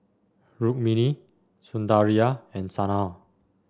Rukmini Sundaraiah and Sanal